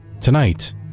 Tonight